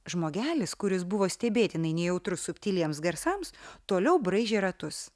žmogelis kuris buvo stebėtinai nejautrus subtiliems garsams toliau braižė ratus